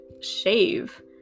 shave